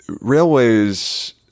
railways